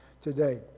today